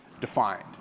defined